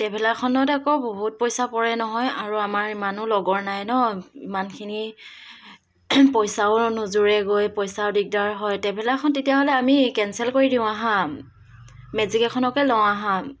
ট্ৰেভেলাৰখনত আকৌ বহুত পইচা পৰে নহয় আৰু আমাৰ ইমানো লগৰ নাই ন ইমানখিনি পইচাও নোজোৰেগৈ পইচাও দিগদাৰ হয় ট্ৰেভেলাৰখন তেতিয়াহ'লে আমি কেনচেল কৰি দিওঁ আহা মেজিক এখনকে লওঁ আহা